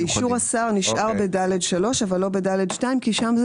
באישור השר נשאר ב-(ד3) אבל לא ב-(ד2) כי שם זה